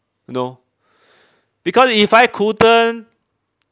no because if I couldn't